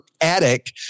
attic